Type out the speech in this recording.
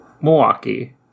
Milwaukee